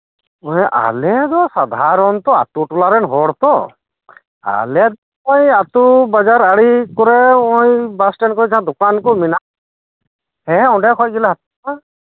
ᱢᱟᱱᱮ ᱟᱞᱮᱫᱚ ᱥᱟᱫᱷᱟᱨᱚᱱ ᱛᱚ ᱟᱛᱩᱴᱚᱞᱟ ᱨᱮᱱ ᱦᱚᱲ ᱛᱚ ᱟᱞᱮᱫᱚ ᱱᱚᱜᱚᱭ ᱟᱛᱩ ᱵᱟᱡᱟᱨ ᱟᱲᱤ ᱠᱚᱨᱮ ᱱᱚᱜᱚᱭ ᱵᱟᱥ ᱥᱴᱮᱱᱰ ᱠᱚᱨᱮ ᱡᱟᱦᱟᱸ ᱫᱚᱠᱟᱱ ᱠᱩ ᱢᱮᱱᱟᱜ ᱟᱠᱟᱫᱟ ᱦᱮᱸ ᱚᱸᱰᱮ ᱠᱷᱚᱡ ᱜᱮᱞᱮ ᱦᱟᱛᱟᱣᱟ